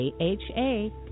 A-H-A